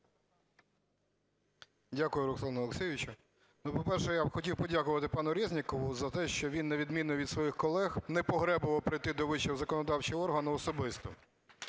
Дякую, Руслане Олексійовичу. По-перше, я хотів подякувати пану Резнікову за те, що він, на відміну від своїх колег, не погребував прийти до вищого законодавчого органу особисто,